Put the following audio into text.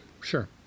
Sure